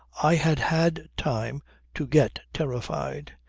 i had had time to get terrified.